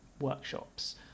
workshops